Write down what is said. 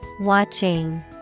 Watching